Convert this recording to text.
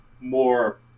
more